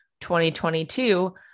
2022